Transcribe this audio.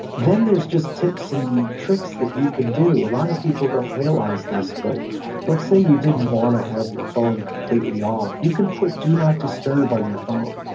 then there's just tips and tricks that you can do. a lot of people don't realize this, but let's say you didn't want to have your phone completely off. you can put do not disturb on your phone,